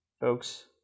folks